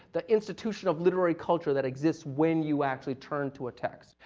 the institution of literary culture that exists when you actually turn to a text,